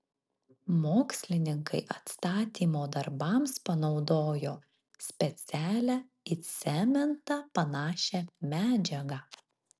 mokslininkai atstatymo darbams panaudojo specialią į cementą panašią medžiagą